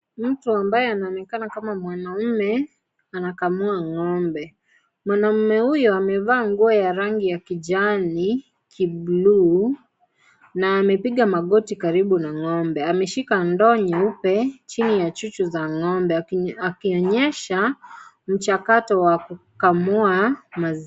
Mtu ambaye anaonekana kama mwanaume anakamua ng'ombe. Mwanaume huyo amevaa nguo ya rangi ya kijani, kibuluu na amepiga magoti karibu na ng'ombe. Ameshika ndoo nyeupe chini ya chuchu ya ng'ombe akionyesha mchakato wa kukamua maziwa.